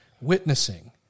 witnessing